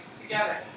together